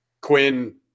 Quinn –